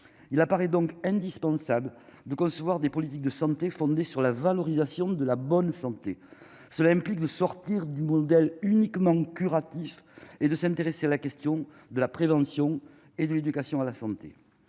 il apparaît donc indispensable de concevoir des politiques de santé fondée sur la valorisation de la bonne santé, cela implique de sortir du modèle uniquement curatif et de s'intéresser à la question de la prévention et l'éducation à la santé,